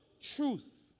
Truth